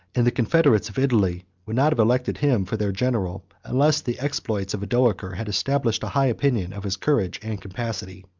and the confederates of italy would not have elected him for their general, unless the exploits of odoacer had established a high opinion of his courage and capacity.